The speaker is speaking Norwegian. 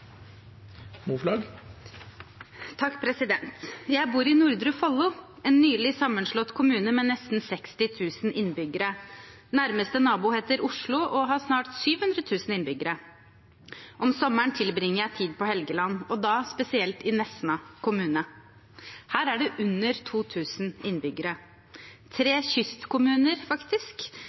Nordre Follo, en nylig sammenslått kommune med nesten 60 000 innbyggere. Nærmeste nabo heter Oslo og har snart 700 000 innbyggere. Om sommeren tilbringer jeg tid på Helgeland, og da spesielt i Nesna kommune. Her er det under 2 000 innbyggere. Det er tre kystkommuner, faktisk,